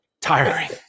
tiring